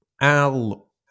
Al